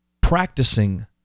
practicing